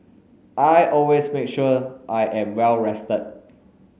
I always make sure I am well rested